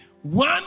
one